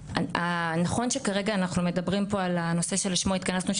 נכון שכרגע אנחנו מדברים פה על הנושא שלשמו התכנסנו,